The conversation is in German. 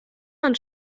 man